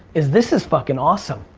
is this is fuckin' awesome.